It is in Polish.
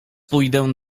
pójdę